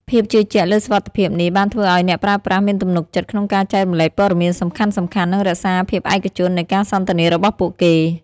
ភាពជឿជាក់លើសុវត្ថិភាពនេះបានធ្វើឱ្យអ្នកប្រើប្រាស់មានទំនុកចិត្តក្នុងការចែករំលែកព័ត៌មានសំខាន់ៗ និងរក្សាភាពឯកជននៃការសន្ទនារបស់ពួកគេ។